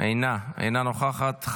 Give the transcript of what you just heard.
אינה נוכחת.